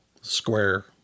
square